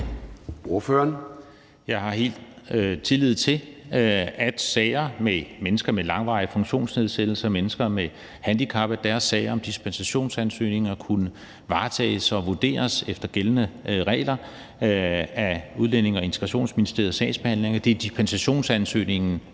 Jeg har helt tillid til, at sager med mennesker med langvarige funktionsnedsættelser, sager med mennesker med handicap om dispensationsansøgninger kunne varetages og vurderes efter gældende regler af Udlændinge- og Integrationsministeriets sagsbehandling. Det er dispensationsansøgningen,